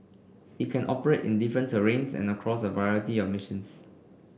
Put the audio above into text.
it can operate in different terrains and across a variety of missions